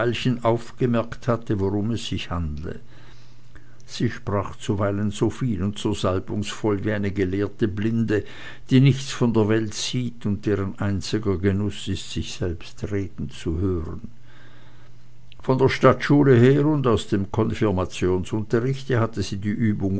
aufgemerkt hatte worum es sich handle sie sprach zuweilen so viel und so salbungsvoll wie eine gelehrte blinde die nichts von der welt sieht und deren einziger genuß ist sich selbst reden zu hören von der stadtschule her und aus dem konfirmationsunterrichte hatte sie die übung